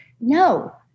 No